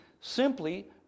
simply